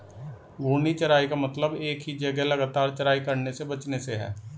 घूर्णी चराई का मतलब एक ही जगह लगातार चराई करने से बचने से है